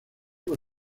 por